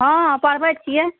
हँ पढ़बैत छियै